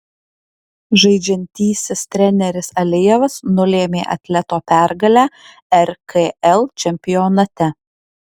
žaidžiantysis treneris alijevas nulėmė atleto pergalę rkl čempionate